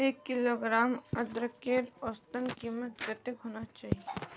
एक किलोग्राम अदरकेर औसतन कीमत कतेक होना चही?